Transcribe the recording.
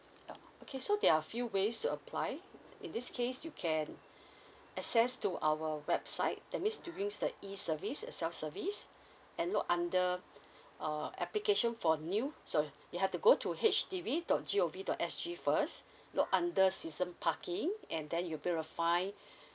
uh okay so there are few ways to apply in this case you can access to our website that means doing the E service and self service and look under uh application for new sorry you have to go to H D B dot G O V dot S G first look under season parking and then you build a fine